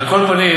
על כל פנים,